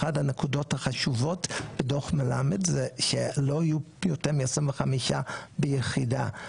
אחד הנקודות החשובות בדוח מלמד שלא יהיו יותר מ-25 אנשים ביחידה.